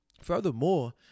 Furthermore